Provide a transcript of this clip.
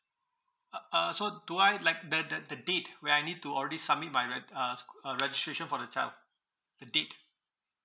uh uh so do I like the the the date where I need to already submit my reg~ uh school registration for the child the date